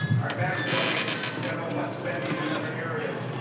are backfilling general fund spending in other areas.